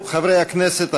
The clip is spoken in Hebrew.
חברי הכנסת,